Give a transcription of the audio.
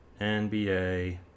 NBA